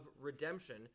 redemption